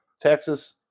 Texas